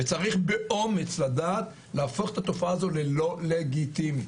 וצריך באומץ לדעת להפוך את התופעה הזאת ללא לגיטימית.